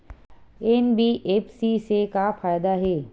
NBFC से का फ़ायदा हे?